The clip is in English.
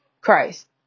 Christ